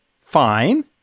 Fine